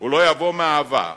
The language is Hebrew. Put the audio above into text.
הוא לא יבוא מאהבה,